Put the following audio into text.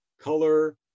color